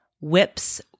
whips